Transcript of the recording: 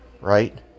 right